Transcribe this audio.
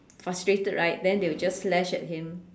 frustrated right then they'll just slash at him